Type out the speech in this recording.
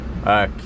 Okay